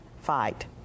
fight